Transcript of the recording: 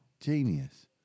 Genius